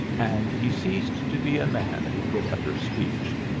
and he ceased to be a man who could utter speech.